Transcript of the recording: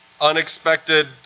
unexpected